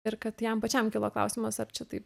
ir kad jam pačiam kilo klausimas ar čia taip